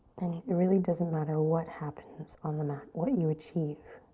and it really doesn't matter what happens on the mat, what you achieve.